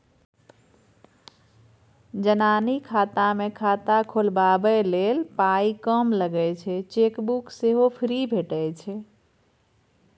जनानी खाता मे खाता खोलबाबै लेल पाइ कम लगै छै चेकबुक सेहो फ्री भेटय छै